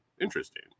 interesting